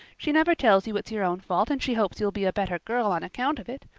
she never tells you it's your own fault and she hopes you'll be a better girl on account of it.